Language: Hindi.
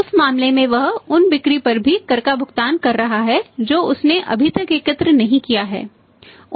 उस मामले में वह उन बिक्री पर भी कर का भुगतान कर रहा है जो उसने अभी तक एकत्र नहीं किया है